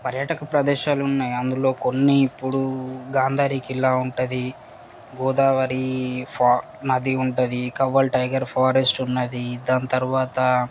పర్యాటక ప్రదేశాలు ఉన్నాయి అందులో కొన్ని ఇప్పుడు గాంధారి కిల్లా ఉంటుంది గోదావరి ఫా నది ఉంటుంది కవ్వల్ టైగర్ ఫారెస్ట్ ఉన్నది దాని తర్వాత